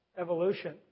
evolution